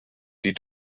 die